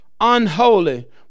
unholy